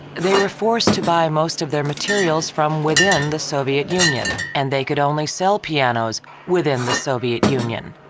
they were forced to buy most of their materials from within the soviet union and they could only sell pianos within the soviet union.